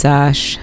Sash